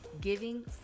giving